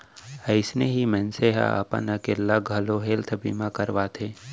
अइसने ही मनसे ह अपन अकेल्ला घलौ हेल्थ बीमा करवाथे